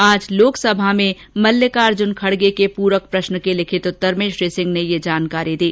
आज लोकसभा में मल्लिकार्जुन खड़गे के पूरक प्रश्न के लिखित उत्तर में श्री सिंह ने यह जानकारी दी